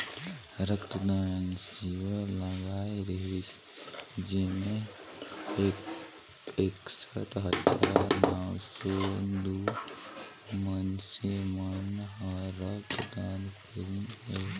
रक्त दान सिविर लगाए रिहिस जेम्हें एकसठ हजार नौ सौ दू मइनसे मन हर रक्त दान करीन हे